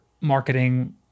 marketing